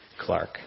Clark